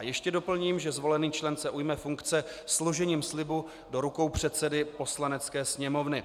Ještě doplním, že zvolený člen se ujme funkce složením slibu do rukou předsedy Poslanecké sněmovny.